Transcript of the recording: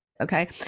Okay